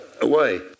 away